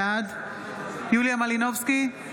בעד יוליה מלינובסקי,